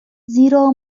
زیرا